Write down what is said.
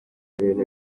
ibintu